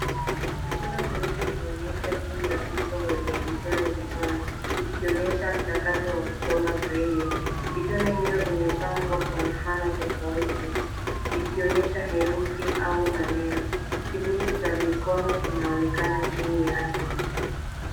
Mikono miwili imeonyeshwa juu ya mto wenye vitone vitone ikionyesha mchakato wa kusoma braille . Vitone hivyo vimepangwa kwa mfano tofauti vikionyesha herufi au maneno. Kivuli cha mikono kinaonekana chini yake.